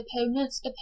opponent's